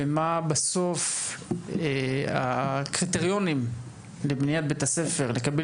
ומה בסוף הקריטריונים לבניית בית ספר לקבל